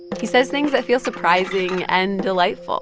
he says things that feel surprising and delightful